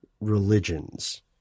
religions